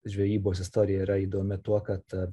žvejybos istorija yra įdomi tuo kad